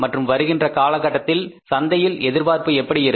மற்றும் வருகின்ற காலத்தில் சந்தையில் எதிர்பார்ப்பு எப்படி இருக்கும்